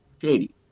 shady